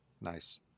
Nice